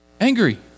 angry